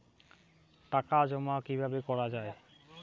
টাকা জমা কিভাবে করা য়ায়?